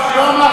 לא,